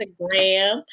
Instagram